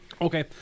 Okay